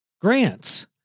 grants